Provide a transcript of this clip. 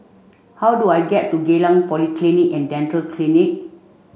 how do I get to Geylang Polyclinic and Dental Clinic